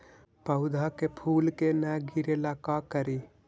पौधा के फुल के न गिरे ला का करि?